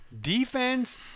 Defense